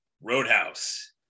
Roadhouse